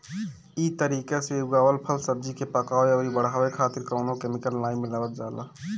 इ तरीका से उगावल फल, सब्जी के पकावे अउरी बढ़ावे खातिर कवनो केमिकल नाइ मिलावल जाला